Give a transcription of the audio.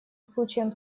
случаям